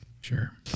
Sure